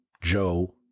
Joe